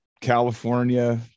California